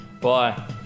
Bye